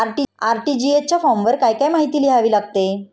RTGS च्या फॉर्मवर काय काय माहिती लिहावी लागते?